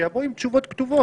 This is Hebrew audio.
שיבוא עם תשובות כתובות.